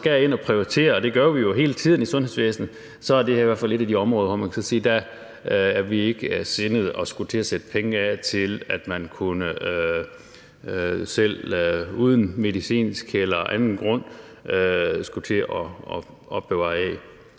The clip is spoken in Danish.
så skal ind at prioritere, og det gør vi jo hele tiden i sundhedsvæsenet, så er det her i hvert fald et af de områder, hvor man kan sige, at vi ikke er sindede at skulle til at sætte penge af til, at man selv uden medicinsk eller anden grund skulle til at opbevare æg.